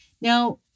Now